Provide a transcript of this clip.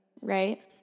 right